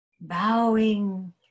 bowing